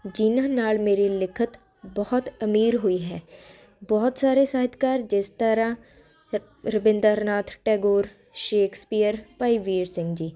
ਜਿਨ੍ਹਾਂ ਨਾਲ ਮੇਰੀ ਲਿਖਿਤ ਬਹੁਤ ਅਮੀਰ ਹੋਈ ਹੈ ਬਹੁਤ ਸਾਰੇ ਸਾਹਿਤਕਾਰ ਜਿਸ ਤਰ੍ਹਾਂ ਰ ਰਵਿੰਦਰ ਨਾਥ ਟੈਗੋਰ ਸ਼ੇਕਸਪੀਅਰ ਭਾਈ ਵੀਰ ਸਿੰਘ ਜੀ